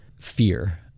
fear